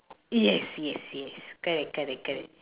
yes yes yes correct correct correct